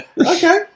Okay